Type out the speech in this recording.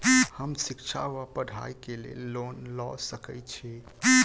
हम शिक्षा वा पढ़ाई केँ लेल लोन लऽ सकै छी?